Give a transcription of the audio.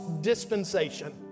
dispensation